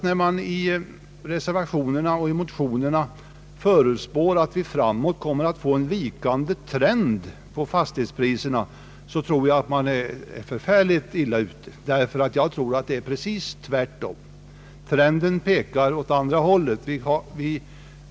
När man i reservationerna och i motionerna förutspår att vi framöver kommer att få en vikande trend för fastighetspriserna tror jag att man är i hög grad ute på hal is. Jag tror att det förhåller sig precis tvärtom: trenden pekar åt andra hållet.